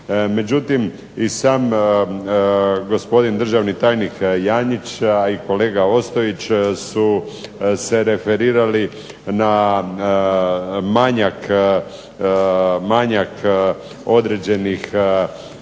Međutim, i sam gospodin državni tajnik Janjić a i kolega Ostojić su se referirali na manjak određenih